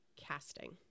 casting